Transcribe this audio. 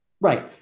right